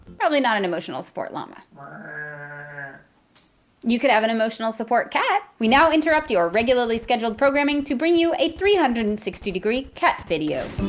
probably not an emotional support llama. mreeeeeh you can have an emotional support cat! we now interrupt your regularly scheduled programming to bring you a three hundred and sixty degree cat video.